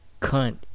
Cunt